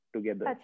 Together